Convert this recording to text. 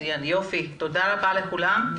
תודה רבה לכולם.